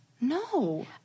No